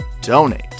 donate